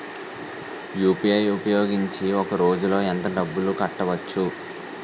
UPI ఉపయోగించి ఒక రోజులో ఎంత డబ్బులు కట్టవచ్చు?